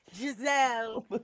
Giselle